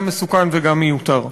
גם מסוכן וגם מיותר.